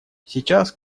сейчас